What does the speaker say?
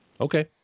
Okay